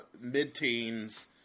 mid-teens